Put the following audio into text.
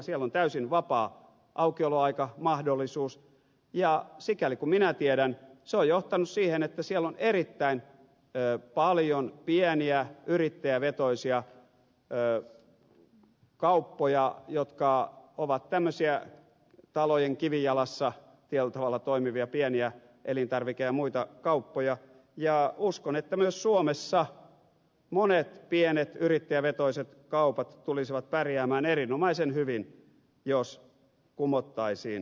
siellä on täysin vapaa aukioloaikamahdollisuus ja sikäli kuin minä tiedän se on johtanut siihen että siellä on erittäin paljon pieniä yrittäjävetoisia kauppoja jotka ovat tämmöisiä talojen kivijalassa tietyllä tavalla toimivia pieniä elintarvike ja muita kauppoja ja uskon että myös suomessa monet pienet yrittäjävetoiset kaupat tulisivat pärjäämään erinomaisen hyvin jos kumottaisiin liikeaikalaki